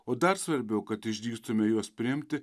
o dar svarbiau kad išdrįstume juos priimti